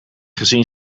gezien